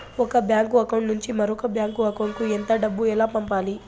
ఒక bank account నుంచి మరొక బ్యాంకు అకౌంట్ కు ఎంత డబ్బు ఎలా పంపాలి